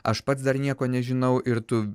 aš pats dar nieko nežinau ir tu